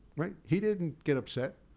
he didn't get upset.